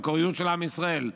המקוריות של עם ישראל.